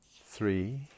three